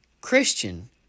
Christian